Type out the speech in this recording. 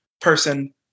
person